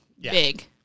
big